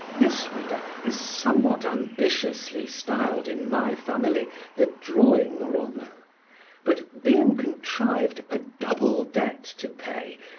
this, reader, is somewhat ambitiously styled in my family the drawing-room but being contrived a double debt to pay,